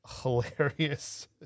hilarious